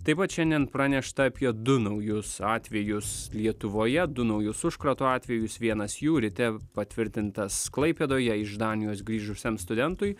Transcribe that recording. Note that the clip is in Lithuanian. taip pat šiandien pranešta apie du naujus atvejus lietuvoje du naujus užkrato atvejus vienas jų ryte patvirtintas klaipėdoje iš danijos grįžusiam studentui